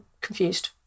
confused